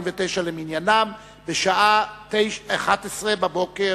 ראשונה, ותועבר לוועדת העבודה,